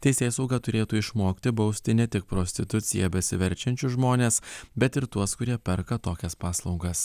teisėsauga turėtų išmokti bausti ne tik prostitucija besiverčiančius žmones bet ir tuos kurie perka tokias paslaugas